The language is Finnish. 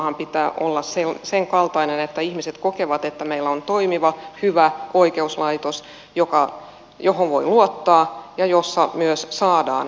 oikeusturvanhan pitää olla sen kaltainen että ihmiset kokevat että meillä on toimiva hyvä oikeuslaitos johon voi luottaa ja jossa myös saadaan oikeutta